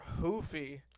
Hoofy